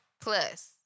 plus